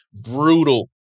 brutal